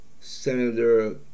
senator